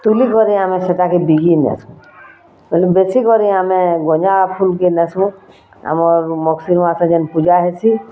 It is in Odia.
ତୁଲିକରି ଆମେ ସେଇଟା କେ ବିକିନେସୁ ବଲେ ବେଶୀକରି ଆମେ ଗଞ୍ଜା ଫୁଲ୍କେ ନେସୁଁ ଆମର୍ ମଗଶୀର୍ ମାସେ ଯେନ୍ ପୂଜା ହେସି